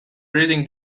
reading